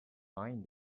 mind